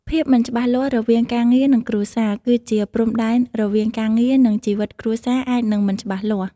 ភាពមិនច្បាស់លាស់រវាងការងារ និងគ្រួសារ គឺជាព្រំដែនរវាងការងារ និងជីវិតគ្រួសារអាចនឹងមិនច្បាស់លាស់។